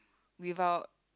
without